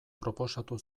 proposatu